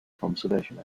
conservation